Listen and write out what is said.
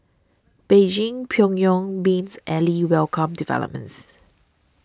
Beijing Pyongyang's mains ally welcomed developments